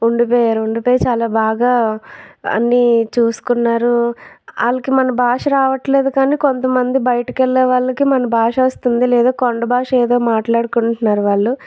ఉండిపోయారు ఉండిపోయేసి చాలా బాగా అన్ని చూసుకున్నారు వాళ్ళకి మన భాష రావట్లేదు కానీ కొంతమంది బయటికి వెళ్ళే వాళ్ళకి మన భాష వస్తుంది లేదా కొండ భాష ఏదో మాట్లాడుకుంటున్నారు వాళ్ళు